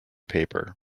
paper